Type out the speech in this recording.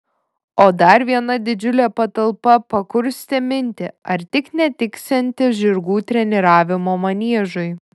o dar viena didžiulė patalpa pakurstė mintį ar tik netiksianti žirgų treniravimo maniežui